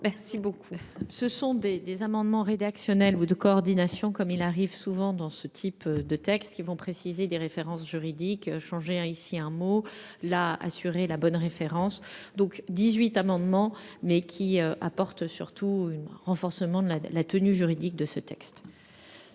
merci beaucoup. Ce sont des des amendements rédactionnels ou de coordination comme il arrive souvent dans ce type de texte qui vont préciser des références juridiques changer hein ici un mot là. Assurer la bonne référence donc 18 amendements mais qui apporte surtout une renforcement de la la tenue juridique de ce texte.